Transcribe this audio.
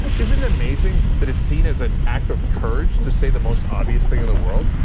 isn't it amazing that it's seen as an act of courage to say the most obvious thing in the world?